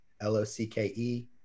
L-O-C-K-E